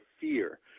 fear